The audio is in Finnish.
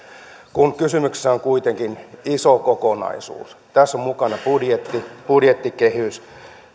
kun kysymyksessä on kuitenkin iso kokonaisuus tässä on mukana budjetti budjettikehys